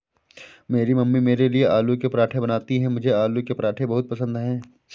मेरी मम्मी मेरे लिए आलू के पराठे बनाती हैं मुझे आलू के पराठे बहुत पसंद है